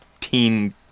teen